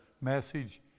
message